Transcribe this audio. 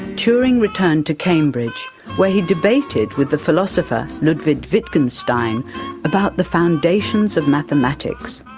turing returned to cambridge where he debated with the philosopher ludwig wittgenstein about the foundations of mathematics.